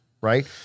right